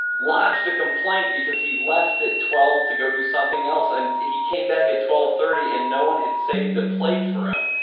lodged a complaint because he left at twelve zero to go do something else and he came back at twelve thirty and no one had saved a plate for him.